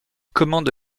commande